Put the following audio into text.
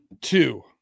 two